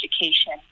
education